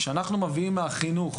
שאנחנו מביאים מהחינוך